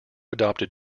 adopted